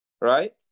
right